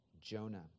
Jonah